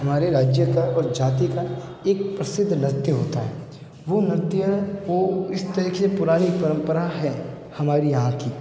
हमारे राज्य का और जाति का एक प्रसिद्ध नृत्य होता है वो नृत्य को इस तरीके से पुरानी परंपरा है हमारी यहाँ की